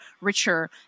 richer